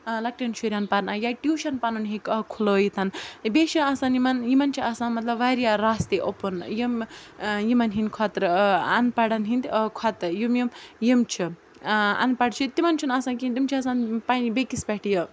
لۄکٹٮ۪ن شُرٮ۪ن پرناوِ یا ٹیوٗشَن پَنُن ہیٚکہِ کھُلٲیِتھ بیٚیہِ چھِ آسان یِمَن یِمَن چھِ آسان مطلب واریاہ راستے اوٚپُن یِم یِمَن ہِنٛدِ خٲطرٕ اَن پَڑھن ہِنٛدۍ کھۄتہٕ یِم یِم یِم چھِ اَن پَڑھ چھِ تِمَن چھُنہٕ آسان کِہیٖنۍ تِم چھِ آسان پیٚیہِ بیٚکِس پٮ۪ٹھ یہِ